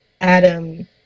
Adam